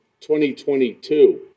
2022